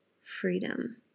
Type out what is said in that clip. Freedom